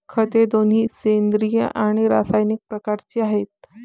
खते दोन्ही सेंद्रिय आणि रासायनिक प्रकारचे आहेत